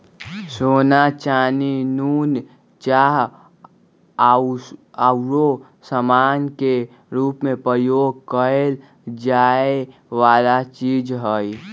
सोना, चानी, नुन, चाह आउरो समान के रूप में प्रयोग करए जाए वला चीज हइ